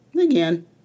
Again